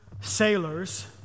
sailors